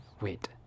Wait